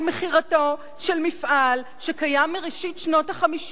על מכירתו של מפעל שקיים מראשית שנות ה-50